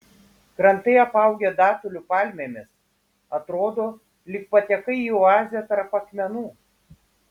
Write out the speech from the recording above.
krantai apaugę datulių palmėmis atrodo lyg patekai į oazę tarp akmenų